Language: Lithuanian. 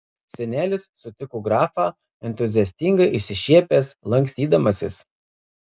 senelis sutiko grafą entuziastingai išsišiepęs lankstydamasis